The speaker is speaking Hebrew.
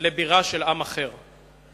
בירה של עם אחר.